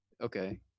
Okay